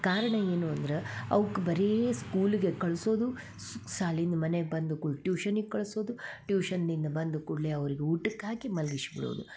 ಕಾರಣ ಏನು ಅಂದ್ರೆ ಅವುಕ್ಕ ಬರೇ ಸ್ಕೂಲ್ಗೆ ಕಳ್ಸೋದು ಸ್ ಶಾಲೆಯಿಂದ ಮನೆಗೆ ಬಂದ ಕೂಡ್ಲೇ ಟ್ಯೂಶನಿಗೆ ಕಳ್ಸೋದು ಟ್ಯೂಶನ್ನಿಂದ ಬಂದು ಕೂಡಲೆ ಅವರಿಗೆ ಊಟಕ್ಕೆ ಹಾಕಿ ಮಲ್ಗಿಸಿ ಬಿಡೋದು